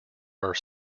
are